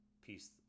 Piece